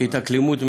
להתאקלמות מהירה.